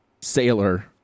sailor